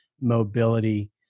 mobility